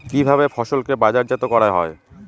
কিভাবে ফসলকে বাজারজাত করা হয়?